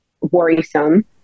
worrisome